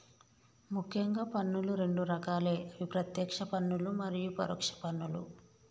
ముఖ్యంగా పన్నులు రెండు రకాలే అవి ప్రత్యేక్ష పన్నులు మరియు పరోక్ష పన్నులు